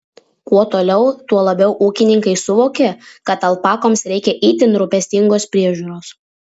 kuo toliau tuo labiau ūkininkai suvokia kad alpakoms reikia itin rūpestingos priežiūros